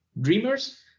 Dreamers